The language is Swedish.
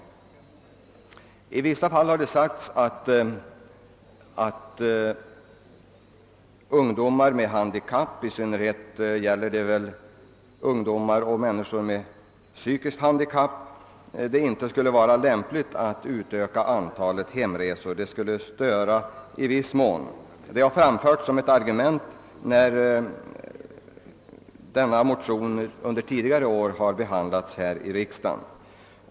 Det har ibland framhållits att det för ungdomar med handikapp — och då gäller det främst ungdomar med psykiskt handikapp — inte skulle vara lämpligt att öka antalet hemresor; det skulle i viss mån störa vården. Detta har anförts som ett argument tidigare år när motioner i samma syfte behandlas här i riksdagen.